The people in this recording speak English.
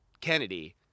Kennedy